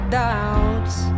doubts